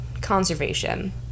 conservation